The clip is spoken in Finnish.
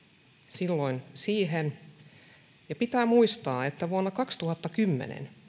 silloin siihen ja pitää muistaa että vuonna kaksituhattakymmenen